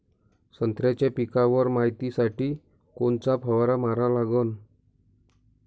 संत्र्याच्या पिकावर मायतीसाठी कोनचा फवारा मारा लागन?